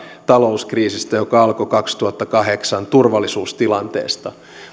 talouskriisistä joka alkoi kaksituhattakahdeksan turvallisuustilanteesta